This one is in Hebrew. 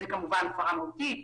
זו הפרה מהותית.